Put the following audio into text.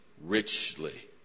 richly